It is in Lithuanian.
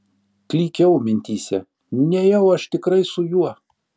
klykiau mintyse nejau aš tikrai su juo